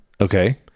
Okay